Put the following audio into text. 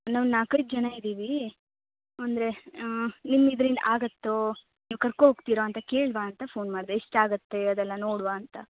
ನಾವು ನಾಲ್ಕೈದು ಜನ ಇದ್ದೀವಿ ಅಂದರೆ ನಿಮ್ಮ ಇದ್ರಿಂದ ಆಗುತ್ತೋ ನೀವು ಕರ್ಕೋ ಹೋಗ್ತೀರಾ ಅಂತ ಕೇಳುವಾ ಅಂತ ಫೋನ್ ಮಾಡಿದೆ ಎಷ್ಟು ಆಗುತ್ತೆ ಅದೆಲ್ಲ ನೋಡುವಾ ಅಂತ